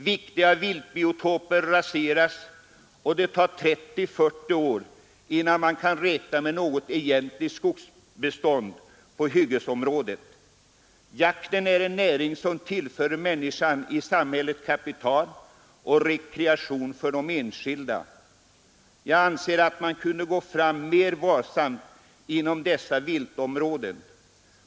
Viktiga viltbiotoper raseras och det tar 30-40 år innan man kan räkna med något egentligt skogsbestånd på hyggesområdet. Jakten är en näring som tillför människan i samhället kapital och ger rekreation åt den enskilde. Jag anser att man kunde gå fram mer varsamt inom dessa viltområden.